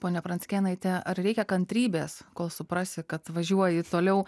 ponia pranckėnaite ar reikia kantrybės kol suprasi kad važiuoji toliau